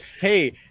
hey